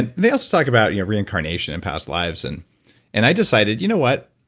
and they also talk about you know reincarnation and past lives and and i decided you know what,